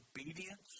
obedience